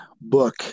book